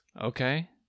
okay